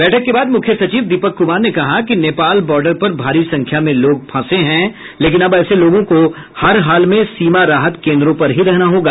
बैठक के बाद मुख्य सचिव दीपक कुमार ने कहा कि नेपाल बॉर्डर पर भारी संख्या में लोग फंसे हैं लेकिन अब ऐसे लोगों को हर हाल में सीमा राहत केंद्रों पर ही रहना होगा